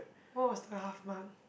what was the half month